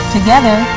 Together